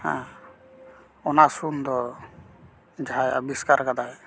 ᱦᱮᱸ ᱚᱱᱟ ᱥᱩᱱ ᱫᱚ ᱡᱟᱦᱟᱸᱭ ᱟᱵᱤᱥᱠᱟᱨ ᱠᱟᱫᱟᱭ